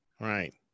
right